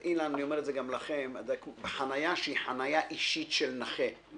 אני אומר את זה גם לכם חניה שהיא חניה אישית של נכה,